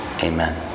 Amen